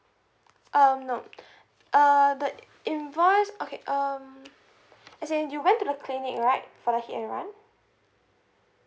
um no uh the invoice okay um as in you went to the clinic right for the hit and run